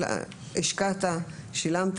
של ההשקעה והתשלום.